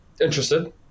interested